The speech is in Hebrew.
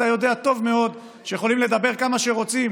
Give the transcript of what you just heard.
ואתה יודע טוב מאוד שיכולים לדבר כמה שרוצים